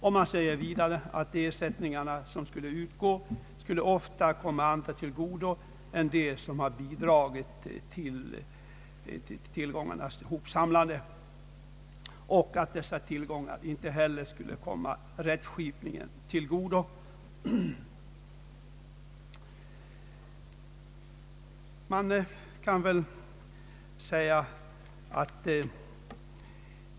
Det anförs vidare att om ersättning skulle utgå, skulle denna ofta komma andra till godo än dem som bidragit till tillgångarnas hopsamlande, varjämte tillgångarna i fortsättningen heller inte skulle komma rättskipningen till godo.